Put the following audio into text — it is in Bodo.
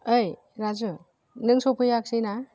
ओइ राजु नों सफैयाखिसै ना